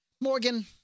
Morgan